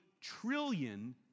trillion